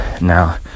now